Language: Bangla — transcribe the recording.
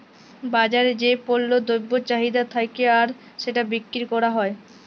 বাজারে যেই পল্য দ্রব্যের চাহিদা থাক্যে আর সেটা বিক্রি ক্যরা হ্যয়